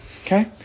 okay